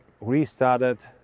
restarted